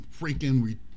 freaking